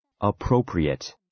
Appropriate